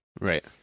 Right